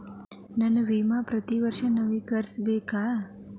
ನನ್ನ ವಿಮಾ ಪ್ರತಿ ವರ್ಷಾ ನವೇಕರಿಸಬೇಕಾ?